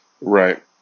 right